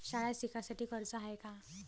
शाळा शिकासाठी कर्ज हाय का?